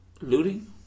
Looting